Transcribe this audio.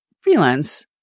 freelance